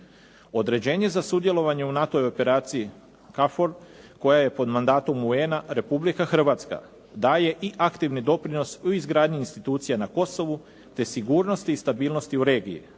Određenje za sudjelovanje u NATO-ovoj operaciji KAFOR koja je pod mandatom UN-a, Republika Hrvatska daje i aktivni doprinos u izgradnji institucija na Kosovu te sigurnosti i stabilnosti u regiji,